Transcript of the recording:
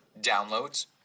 downloads